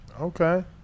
Okay